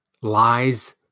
lies